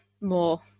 more